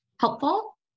Helpful